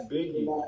Biggie